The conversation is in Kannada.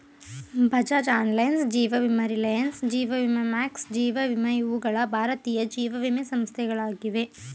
ಬಜಾಜ್ ಅಲೈನ್ಸ್, ಜೀವ ವಿಮಾ ರಿಲಯನ್ಸ್, ಜೀವ ವಿಮಾ ಮ್ಯಾಕ್ಸ್, ಜೀವ ವಿಮಾ ಇವುಗಳ ಭಾರತೀಯ ಜೀವವಿಮೆ ಸಂಸ್ಥೆಗಳಾಗಿವೆ